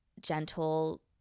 gentle